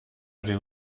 den